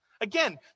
Again